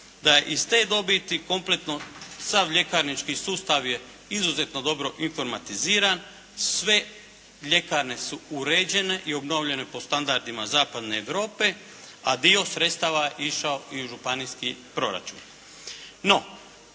da iz te dobiti kompletno sav ljekarnički sustav je izuzetno dobro informatiziran, sve ljekarne su uređene i obnovljene po standardima zapadne Europe a dio sredstava je išao i u županijski proračun. No,